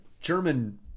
German